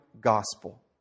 gospel